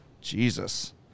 Jesus